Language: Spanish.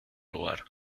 lugar